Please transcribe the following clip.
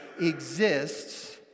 exists